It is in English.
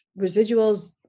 residuals